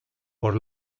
por